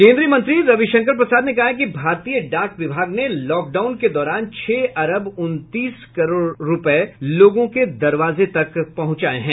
केन्द्रीय मंत्री रवि शंकर प्रसाद ने कहा है कि भारतीय डाक विभाग ने लॉकडाउन के दौरान छह अरब उनतीस करोड रूपये लोगों के दहलीज पर पहुंचाए हैं